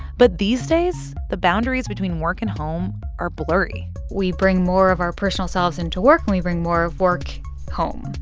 but these days, the boundaries between work and home are blurry we bring more of our personal selves into work. and we bring more of work home.